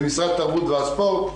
זה משרד התרבות והספורט.